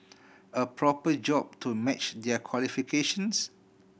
a proper job to match their qualifications